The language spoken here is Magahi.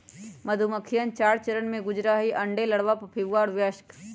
मधुमक्खिवन चार चरण से गुजरा हई अंडे, लार्वा, प्यूपा और वयस्क